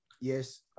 Yes